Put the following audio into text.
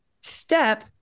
step